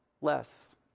less